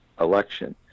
election